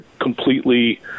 completely